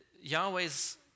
Yahweh's